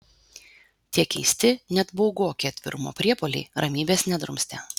tie keisti net baugoki atvirumo priepuoliai ramybės nedrumstė